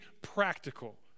practical